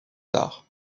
tard